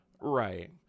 Right